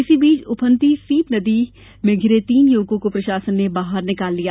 इसी बीच उफनती सीप नदी में घिरे तीन युवकों को प्रशासन ने बाहर निकाल लिया